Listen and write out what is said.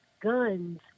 guns